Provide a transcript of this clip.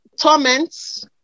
torments